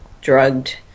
drugged